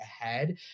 ahead